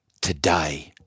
today